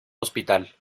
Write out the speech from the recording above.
hospital